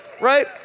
right